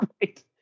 Great